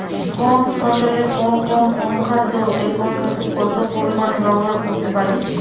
কোন ফসলে কোন কোন অনুখাদ্য একর প্রতি কত পরিমান ব্যবহার করতে পারি?